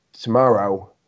tomorrow